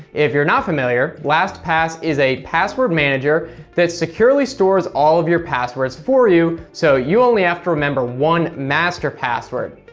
if you're not familiar, lastpass is a password manager that securely stores all your passwords for you, so you only have to remember one master password.